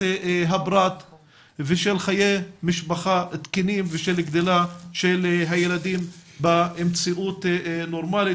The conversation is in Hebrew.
הפרט ושל חיי משפחה תקינים ושל גדילה של הילדים במציאות נורמלית,